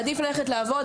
עדיף ללכת לעבוד,